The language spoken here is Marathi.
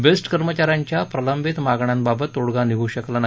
बेस्ट कर्मचाऱ्यांच्या प्रलंबित मागण्यांबाबत तोडगा निघू शकला नाही